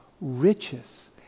riches